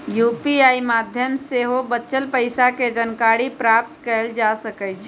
UPI माध्यम से सेहो बचल पइसा के जानकारी प्राप्त कएल जा सकैछइ